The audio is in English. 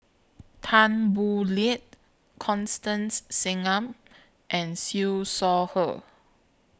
Tan Boo Liat Constance Singam and Siew Shaw Her